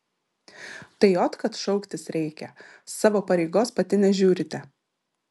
tai ot kad šauktis reikia savo pareigos pati nežiūrite